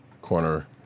Corner